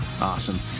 Awesome